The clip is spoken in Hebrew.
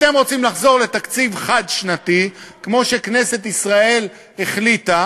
את זה חברי חבר הכנסת מנואל טרכטנברג,